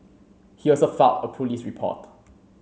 he also filed a police report